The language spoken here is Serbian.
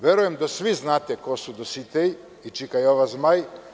Verujem da svi znate ko su Dositej i Čika Jova Zmaj.